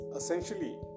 essentially